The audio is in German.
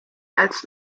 als